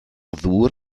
ddŵr